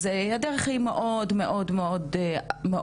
אז הדרך היא מאוד מאוד ארוכה.